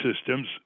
systems